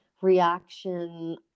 reaction